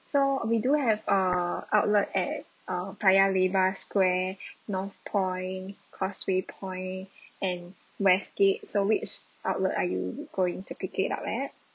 so we do have uh outlet at uh paya lebar square north point causeway point and westgate so which outlet are you going to pick it up at